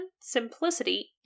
simplicity